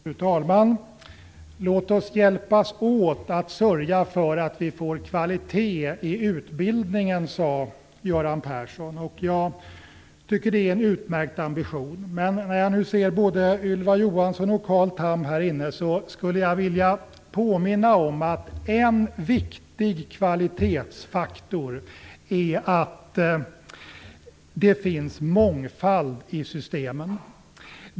Fru talman! Låt oss hjälpas åt att sörja för att vi får kvalitet i utbildningen, sade Göran Persson. Jag tycker att det är en utmärkt ambition. Men när jag nu ser både Ylva Johansson och Carl Tham här inne skulle jag vilja påminna om att en viktig kvalitetsfaktor är att det finns mångfald i systemen.